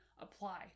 apply